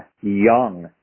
young